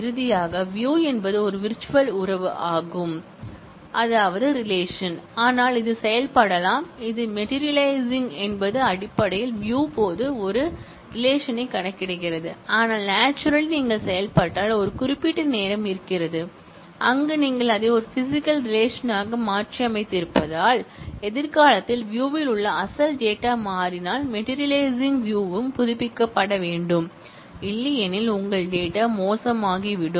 இறுதியாக வியூ என்பது ஒரு விர்ச்சுவல் உறவாகும் ஆனால் அது செயல்படலாம் அது மெடீரியலைசிங் என்பது அடிப்படையில் வியூ போது ஒரு உறவைக் கணக்கிடுகிறது ஆனால் நாச்சுரலி நீங்கள் செயல்பட்டால் ஒரு குறிப்பிட்ட நேரம் இருக்கிறது அங்கு நீங்கள் அதை ஒரு பிஸிக்கல் ரிலேஷன்ஆக மாற்றியமைத்திருப்பதால் எதிர்காலத்தில் வியூ ல் உங்கள் அசல் டேட்டா மாறினால் மெடீரியலைசிங் வியூயும் புதுப்பிக்கப்பட வேண்டும்இல்லையெனில் உங்கள் டேட்டா மோசமாகிவிடும்